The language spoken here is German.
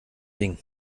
ding